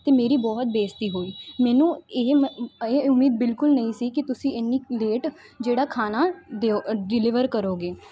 ਅਤੇ ਮੇਰੀ ਬਹੁਤ ਬੇਇੱਜ਼ਤੀ ਹੋਈ ਮੈਨੂੰ ਇਹ ਇਹ ਉਮੀਦ ਬਿਲਕੁਲ ਨਹੀਂ ਸੀ ਕਿ ਤੁਸੀਂ ਇੰਨੀ ਲੇਟ ਜਿਹੜਾ ਖਾਣਾ ਦਿਓ ਡਿਲੀਵਰ ਕਰੋਗੇ